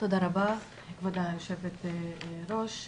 תודה רבה כבוד יושבת הראש,